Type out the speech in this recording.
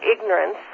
ignorance